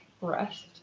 rest